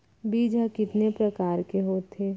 बीज ह कितने प्रकार के होथे?